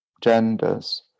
genders